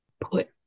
put